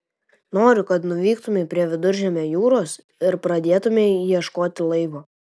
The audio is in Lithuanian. noriu kad nuvyktumei prie viduržemio jūros ir pradėtumei ieškoti laivo